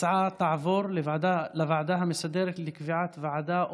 ההצעה תעבור לוועדה המסדרת לקביעת ועדה,